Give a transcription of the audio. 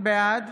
בעד